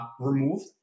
removed